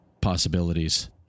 possibilities